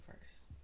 first